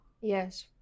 Yes